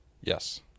Yes